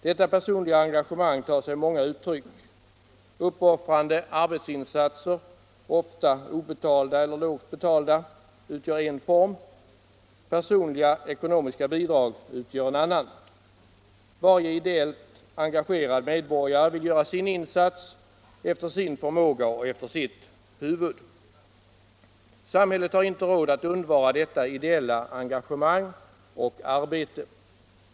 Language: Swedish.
Detta personliga engagemang tar sig många uttryck. Uppoffrande arbetsinsatser, ofta obetalda eller lågt betalda, utgör en form, personliga ekonomiska bidrag utgör en annan. Varje ideellt engagerad medborgare vill göra sin insats efter sin förmåga och efter sitt huvud. Samhället har inte råd att undvara detta ideella engagemang och arbete.